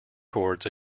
towards